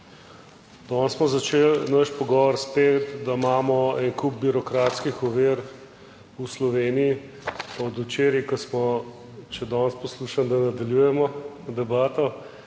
Danes smo začeli naš pogovor spet, da imamo en kup birokratskih ovir v Sloveniji, od včeraj, ko smo, še danes poslušam, da nadaljujemo debato,